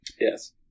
Yes